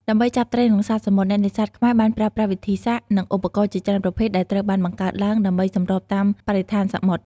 ដើម្បីចាប់ត្រី និងសត្វសមុទ្រ អ្នកនេសាទខ្មែរបានប្រើប្រាស់វិធីសាស្ត្រ និងឧបករណ៍ជាច្រើនប្រភេទដែលត្រូវបានបង្កើតឡើងដើម្បីសម្របតាមបរិស្ថានសមុទ្រ។